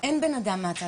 מספק מענה